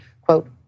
Quote